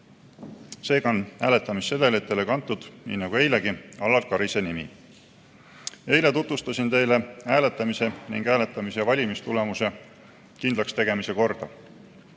Seega on hääletamissedelitele kantud nii nagu eilegi Alar Karise nimi. Eile tutvustasin teile hääletamise ning hääletamis‑ ja valimistulemuse kindlakstegemise korda.